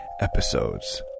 episodes